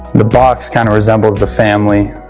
the box kinda resembles the family.